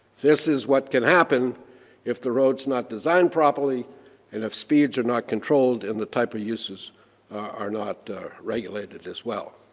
this is what can happen if the road's not designed properly and if speeds are not controlled and the type of uses are not regulated as well.